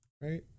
right